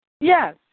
Yes